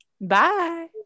bye